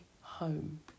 home